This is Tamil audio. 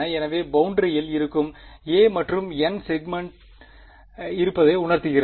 எனவே பௌண்டரியில் இருக்கும் a அங்கே n செக்மென்ட்ஸ் இருப்பதை உணர்த்துகிறது